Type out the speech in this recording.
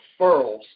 referrals